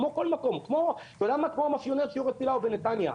כמו מאפיונר שיורה טיל לאו בנתניה.